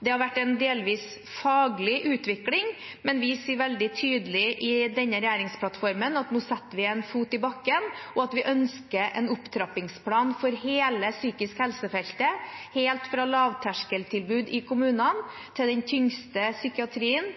Det har vært en delvis faglig utvikling, men vi sier veldig tydelig i denne regjeringsplattformen at nå setter vi en fot i bakken, og at vi ønsker en opptrappingsplan for hele psykisk helse-feltet, helt fra lavterskeltilbud i kommunene til den tyngste psykiatrien,